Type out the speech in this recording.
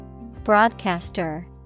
Broadcaster